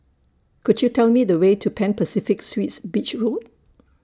Could YOU Tell Me The Way to Pan Pacific Suites Beach Road